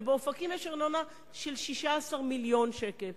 ובאופקים יש ארנונה של 16 מיליון שקלים,